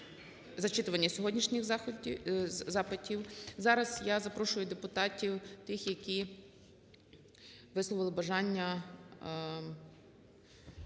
зачитування сьогоднішніх запитів. Зараз я запрошую депутатів тих, які висловили бажання